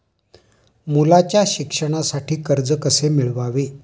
मुलाच्या शिक्षणासाठी कर्ज कसे मिळवावे?